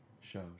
Show